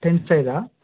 ten సైజా